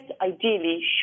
ideally